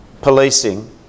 policing